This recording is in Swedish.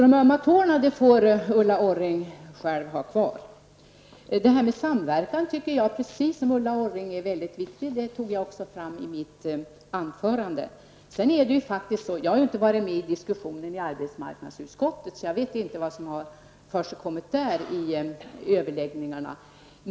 De ömma tårna får alltså Ulla Precis som Ulla Orring tycker jag att detta med samverkan är väldigt viktigt, vilket jag också förde fram i mitt anförande. Jag har ju inte deltagit i arbetsmarknadsutskottets diskussioner och vet därför inte vad som har försigkommit under överläggningarna.